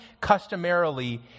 customarily